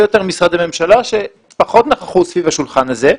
יותר משרדי ממשלה שפחות נכחו סביב השולחן הזה.